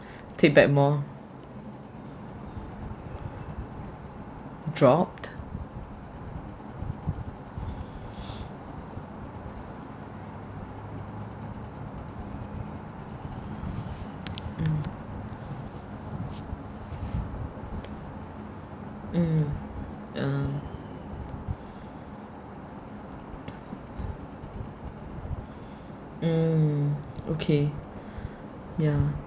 take back more dropped mm mm uh mm okay ya